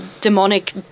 demonic